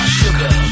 sugar